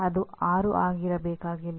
ಅದು 6 ಆಗಿರಬೇಕಾಗಿಲ್ಲ